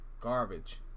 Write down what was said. Garbage